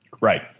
Right